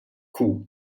coup